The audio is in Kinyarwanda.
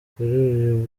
kuri